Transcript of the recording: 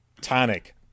tonic